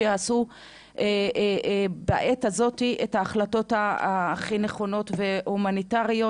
שיעשו בעת הזאת את ההחלטות הכי נכונות והומניטאריות,